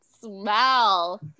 smell